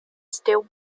still